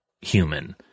human